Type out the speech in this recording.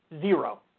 Zero